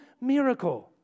miracle